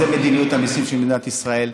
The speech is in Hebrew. זו מדיניות המיסים של מדינת ישראל.